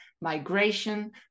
migration